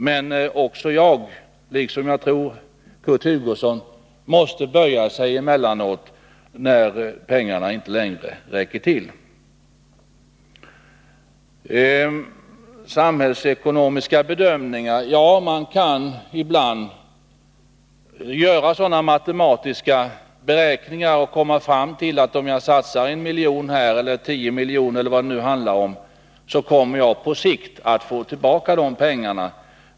Men jag måste böja mig — liksom väl Kurt Hugosson måste böja sig — emellanåt när pengarna inte längre räcker till. Här har också talats om samhällsekonomiska bedömningar. Ja, man kan ibland göra sådana beräkningar och komma fram till att om man satsar 1 miljon eller 10 miljoner eller vad det handlar om, så kommer man på sikt att få tillbaka de pengarna.